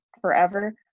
forever